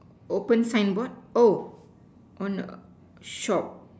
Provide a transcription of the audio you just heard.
open signboard oh on a shop